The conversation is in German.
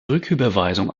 rücküberweisung